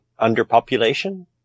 underpopulation